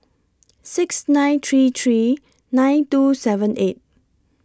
six nine three three nine two seven eight